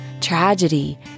tragedy